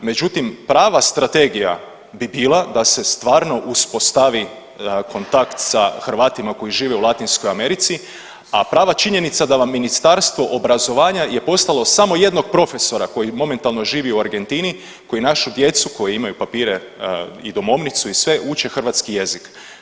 Međutim, prava strategija bi bila da se stvarno uspostavi kontakt sa Hrvatima koji žive u Latinskoj Americi, a prava činjenica da vam Ministarstvo obrazovanja je postalo samo jednog profesora koji momentalno živi u Argentini, koji našu djecu koja imaju papire i domovnicu i sve uče hrvatski jezik.